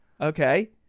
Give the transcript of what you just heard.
Okay